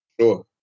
Sure